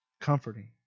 Comforting